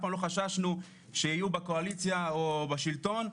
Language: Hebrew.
פעם לא חששנו שיהיו בקואליציה או בשלטון,